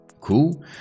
cool